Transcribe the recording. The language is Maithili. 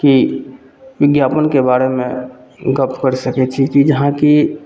कि विज्ञापनके बारेमे गप करि सकै छी कि जहाँ कि